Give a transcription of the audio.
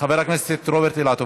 חבר הכנסת רוברט אילטוב,